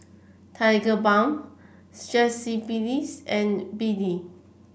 Tigerbalm Strepsils and B D